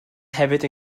hefyd